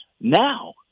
Now